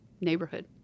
neighborhood